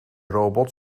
robot